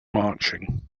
marching